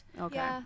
okay